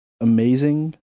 amazing